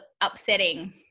upsetting